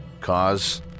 cause